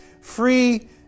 free